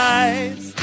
eyes